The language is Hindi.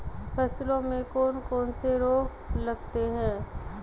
फसलों में कौन कौन से रोग लगते हैं?